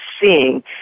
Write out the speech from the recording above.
seeing